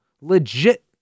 legit